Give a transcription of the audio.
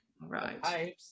Right